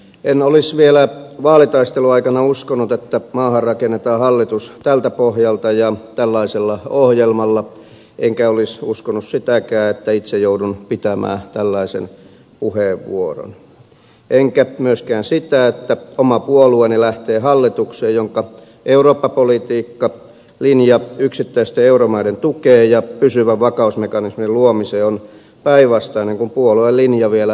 en olisi vielä vaalitaistelun aikana uskonut että maahan rakennetaan hallitus tältä pohjalta ja tällaisella ohjelmalla enkä olisi uskonut sitäkään että itse joudun pitämään tällaisen puheenvuoron enkä myöskään sitä että oma puolueeni lähtee hallitukseen jonka eurooppa politiikka linja yksittäisten euromaiden tukeen ja pysyvän vakausmekanismin luomiseen on päinvastainen kuin puolueen linja vielä vaalitaistelun aikana